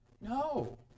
No